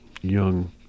young